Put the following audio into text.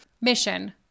Mission